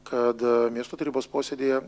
kad miesto tarybos posėdyje